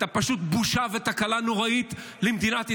אתה פשוט בושה ותקלה נוראית למדינת ישראל,